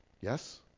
Yes